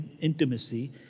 intimacy